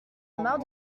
marre